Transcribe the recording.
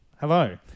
Hello